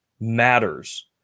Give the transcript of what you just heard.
matters